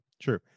true